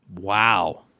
Wow